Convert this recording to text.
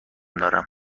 دارم